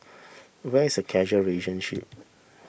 where is the causal relationship